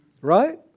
Right